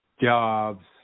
jobs